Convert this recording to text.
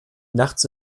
nachts